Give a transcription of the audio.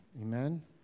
Amen